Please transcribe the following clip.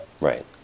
Right